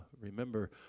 remember